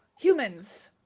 humans